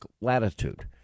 latitude